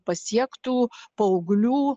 pasiektų paauglių